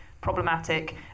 problematic